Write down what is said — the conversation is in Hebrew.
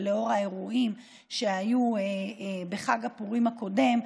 ולאור האירועים שהיו בחג הפורים הקודם,